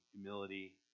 humility